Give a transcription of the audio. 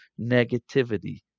negativity